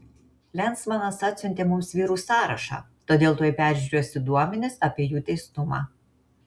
lensmanas atsiuntė mums vyrų sąrašą todėl tuoj peržiūrėsiu duomenis apie jų teistumą